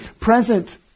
present